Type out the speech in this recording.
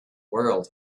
world